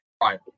Right